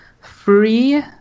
Free